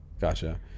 gotcha